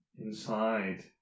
Inside